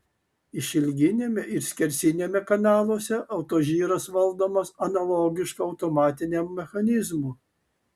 išilginiame ir skersiniame kanaluose autožyras valdomas analogišku automatiniam mechanizmu